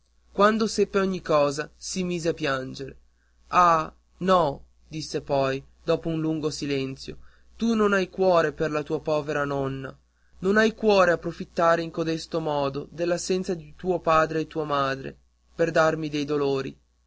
quando seppe ogni cosa si mise a piangere ah no disse poi dopo un lungo silenzio tu non hai cuore per la tua povera nonna non hai cuore a profittare in codesto modo dell'assenza di tuo padre e di tua madre per darmi dei dolori